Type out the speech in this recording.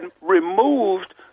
removed